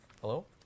Hello